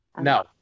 No